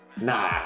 Nah